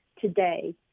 today